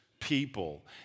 people